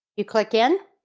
you click in